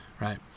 right